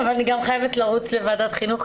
אבל אני גם חייבת לרוץ לוועדת חינוך,